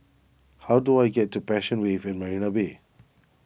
how do I get to Passion Wave at Marina Bay